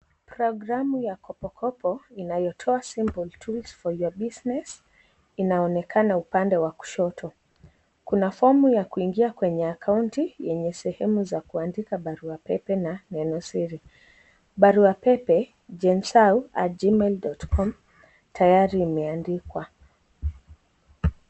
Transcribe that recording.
Programu ya kopokopo inayotoa simple tools for your business inaonekana upande wa kushoto. Kuna fomu ya kuingia kwenye akaunti, yenye sehemu za kuandika barua pepe na neno siri. Barua pepe janesau@gmail.com, tayari imeandikwa.